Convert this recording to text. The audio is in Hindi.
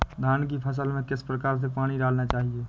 धान की फसल में किस प्रकार से पानी डालना चाहिए?